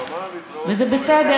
וזה בסדר.